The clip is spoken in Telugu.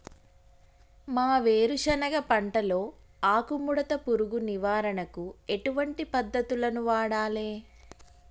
మా వేరుశెనగ పంటలో ఆకుముడత పురుగు నివారణకు ఎటువంటి పద్దతులను వాడాలే?